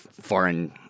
foreign